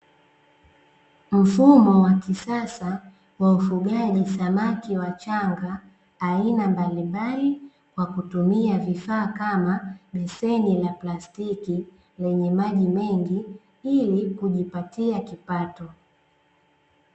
Mfumo wa kisasa wa ufugaji samaki wachanga aina mbalimbali, kwa kutumia vifaa kama; beseni la plastiki ili kujipatia kipato.